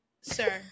Sir